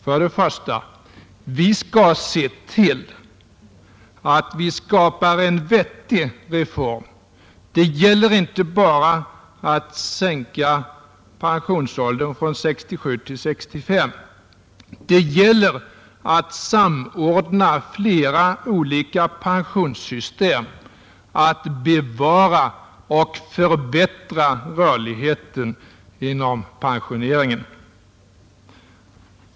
För det första skall vi se till att vi genomför en vettig reform. Det gäller inte bara att sänka pensionsåldern från 67 till 65 år, utan det gäller att samordna flera olika pensionssystem och bevara och förbättra rörligheten inom pensioneringen.